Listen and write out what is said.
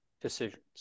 decisions